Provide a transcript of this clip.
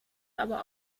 aber